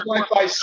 Wi-Fi